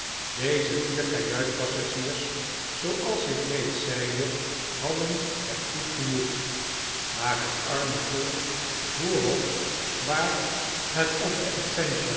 deze vier kajuitpassagiers zooals ik reeds zeide hadden het goed genoeg maar het arme volk voorop waar het op de